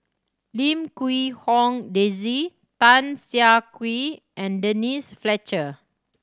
Lim Quee Hong Daisy Tan Siah Kwee and Denise Fletcher